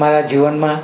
મારા જીવનમાં